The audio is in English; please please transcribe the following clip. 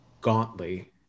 gauntly